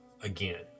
again